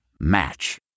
Match